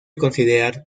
considerar